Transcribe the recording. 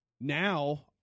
now